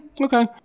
okay